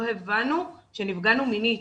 לא הבנו שנפגענו מינית.